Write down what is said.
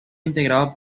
integrado